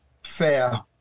Fair